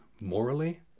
morally